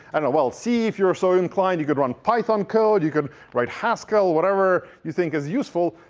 and well, c, if you are so inclined. you could run python code, you could write haskell, whatever you think is useful.